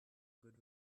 good